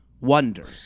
wonders